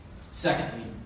Secondly